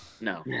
No